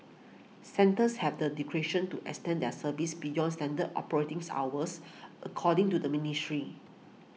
centres have the discretion to extend their services beyond standard operating hours according to the ministry